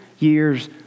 Years